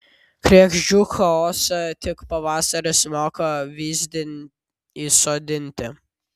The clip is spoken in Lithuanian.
kregždžių chaosą tik pavasaris moka vyzdin įsodinti